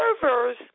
servers